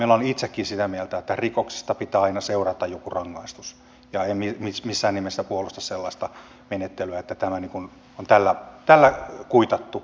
olen itsekin sitä mieltä että rikoksista pitää aina seurata joku rangaistus ja en missään nimessä puolusta sellaista menettelyä että tämä on tällä kuitattu